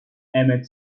emmett